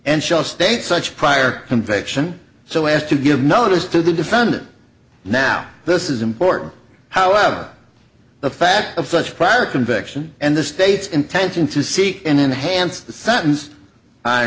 and shall state such prior conviction so as to give notice to the defendant now this is important however the fact of such prior conviction and the state's intention to seek and enhance the sentence i